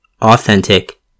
authentic